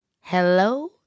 Hello